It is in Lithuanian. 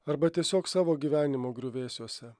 arba tiesiog savo gyvenimo griuvėsiuose